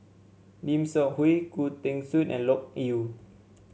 Lim Seok Hui Khoo Teng Soon and Loke Yew